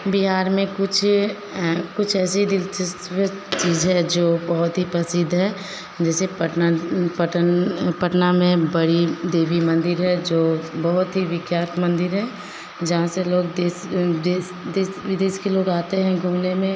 बिहार में कुछ कुछ ऐसी दिलचस्प चीज़ है जो बहुत ही प्रसिद्ध है जैसे पटना पटना पटना में बड़ी देवी मंदिर है जो बहुत ही विख्यात मंदिर है जहाँ से लोग देश देश देश विदेश के लोग आते हैं घूमने में